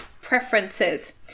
preferences